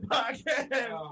Podcast